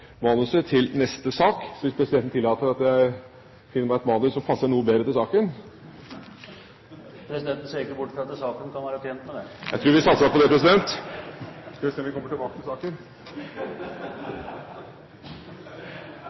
manuset til en senere sak. Så hvis presidenten tillater at jeg finner meg et manus som passer noe bedre til saken … Presidenten ser ikke bort fra at saken kan være tjent med det! Jeg tror at vi satser på det.